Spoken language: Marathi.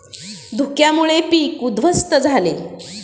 धुक्यामुळे पीक उध्वस्त झाले